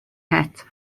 het